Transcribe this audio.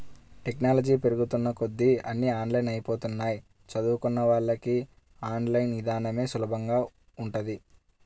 technology పెరుగుతున్న కొద్దీ అన్నీ ఆన్లైన్ అయ్యిపోతన్నయ్, చదువుకున్నోళ్ళకి ఆన్ లైన్ ఇదానమే సులభంగా ఉంటది